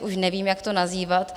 Už nevím, jak to nazývat.